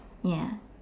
ya